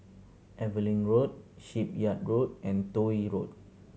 Evelyn Road Shipyard Road and Toh Yi Road